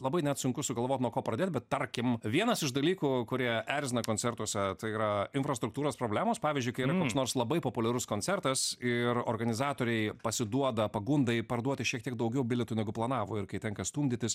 labai net sunku sugalvot nuo ko pradėt bet tarkim vienas iš dalykų kurie erzina koncertuose tai yra infrastruktūros problemos pavyzdžiui kai yra koks nors labai populiarus koncertas ir organizatoriai pasiduoda pagundai parduoti šiek tiek daugiau bilietų negu planavo ir kai tenka stumdytis